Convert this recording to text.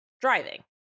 driving